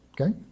Okay